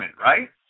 right